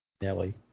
Nelly